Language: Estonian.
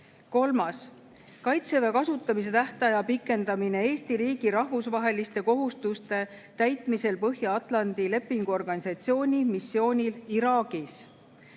Kolmas, "Kaitseväe kasutamise tähtaja pikendamine Eesti riigi rahvusvaheliste kohustuste täitmisel Põhja-Atlandi Lepingu Organisatsiooni missioonil Iraagis".